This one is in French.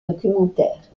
documentaire